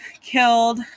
killed